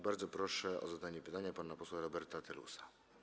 Bardzo proszę o zadanie pytania pana posła Roberta Telusa.